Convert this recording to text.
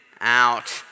out